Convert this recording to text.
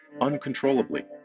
uncontrollably